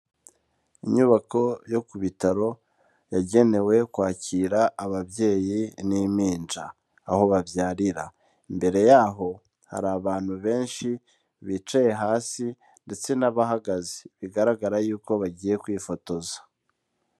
Inyubako yo ku bitaro, yagenewe kwakira ababyeyi n'impinja aho babyarira. Imbere yaho hari abantu benshi bicaye hasi, ndetse n'abahagaze. Bigaragara y'uko bagiye kwifotoza.